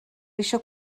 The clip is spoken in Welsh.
eisiau